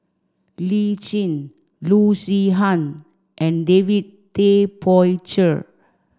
Lee Tjin Loo Zihan and David Tay Poey Cher